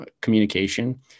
communication